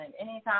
anytime